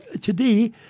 today